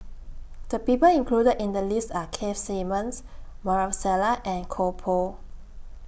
The People included in The list Are Keith Simmons Maarof Salleh and Koh Pui